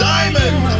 Diamond